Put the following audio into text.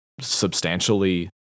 substantially